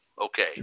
Okay